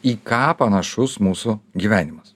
į ką panašus mūsų gyvenimas